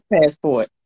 passport